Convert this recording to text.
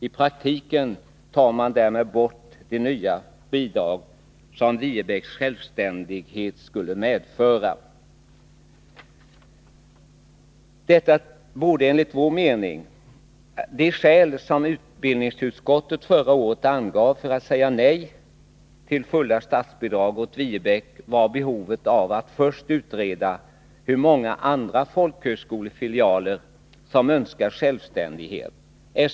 I praktiken tar man därmed bort de nya bidrag som Viebäcks självständighet skulle medföra.——- Det skäl som utbildningsutskottet förra året angav för att säga nej till fulla statsbidrag åt Viebäck var behovet av att först utreda hur många andra ”folkhögskolefilialer” som önskade självständighet.